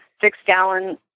six-gallon